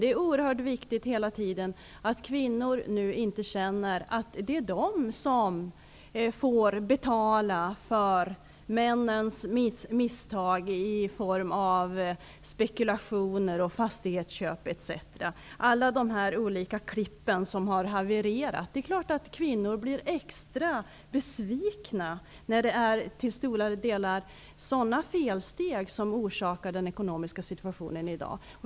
Det är oerhört viktigt att kvinnor inte känner att det är de som får betala för männens misstag i form av spekulationer, fastighetsköp, etc. -- alla de olika klipp som har havererat. Det är klart att kvinnor blir extra besvikna när det till stora delar är sådana felsteg som orsakar den ekonomiska situationen i dag.